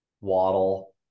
waddle